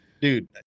Dude